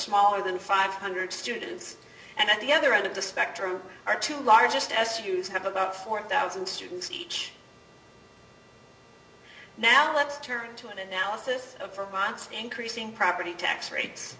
smaller than five hundred students and at the other end of the spectrum our two largest su's have about four thousand students each now let's turn to an analysis of for bonds increasing property tax rates